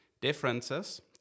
differences